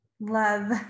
love